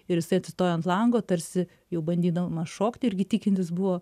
ir jisai atsistojo ant lango tarsi jau bandydamas šokti irgi tikintis buvo